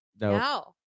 No